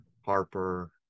Harper